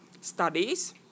studies